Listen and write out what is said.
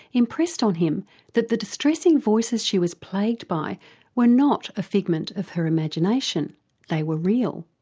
impressed on him that the distressing voices she was plagued by were not a figment of her imagination they were real.